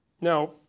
Now